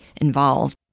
involved